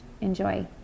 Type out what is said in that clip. Enjoy